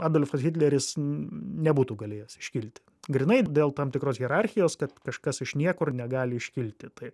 adolfas hitleris nebūtų galėjęs iškilti grynai dėl tam tikros hierarchijos kad kažkas iš niekur negali iškilti tai